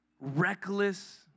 reckless